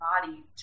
body